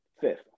Fifth